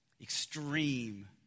extreme